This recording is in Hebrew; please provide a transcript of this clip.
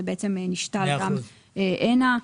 זה נשתל גם הנה.